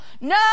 No